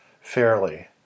fairly